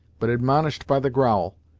but admonished by the growl,